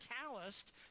calloused